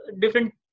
different